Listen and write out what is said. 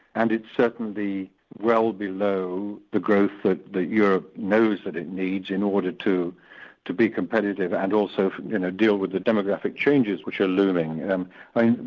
and it's certainly well below the grown that that europe knows that it needs in order to to be competitive and also you know deal with the demographic changes, which are looming. and